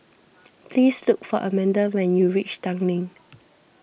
please look for Amanda when you reach Tanglin